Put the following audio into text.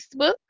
Facebook